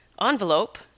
envelope